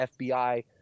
fbi